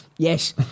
Yes